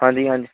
ਹਾਂਜੀ ਹਾਂਜ